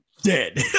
dead